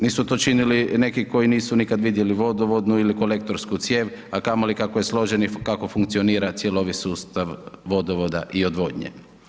Nisu to činili neki koji nisu nikad vidjeli vodovodnu ili kolektorsku cijev, a kamoli kako je složen i kako funkcionira cjelovit sustav vodovoda i odvodnje.